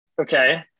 okay